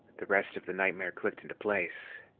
the rest of the nightmare clicked in to place.